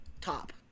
Top